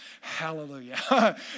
Hallelujah